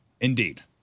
indeed